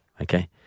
Okay